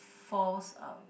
force uh